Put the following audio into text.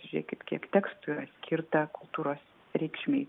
žiūrėkit kiek tekstų skirta kultūros reikšmei